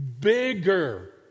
bigger